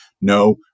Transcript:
no